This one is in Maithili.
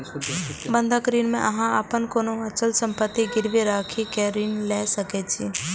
बंधक ऋण मे अहां अपन कोनो अचल संपत्ति गिरवी राखि कें ऋण लए सकै छी